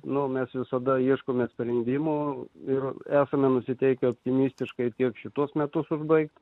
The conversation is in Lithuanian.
nuo mes visada ieškome sprendimo ir esame nusiteikę optimistiškai tiek šituos metus užbaigti